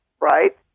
right